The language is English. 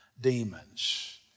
demons